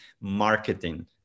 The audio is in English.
marketing